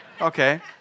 Okay